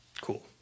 Cool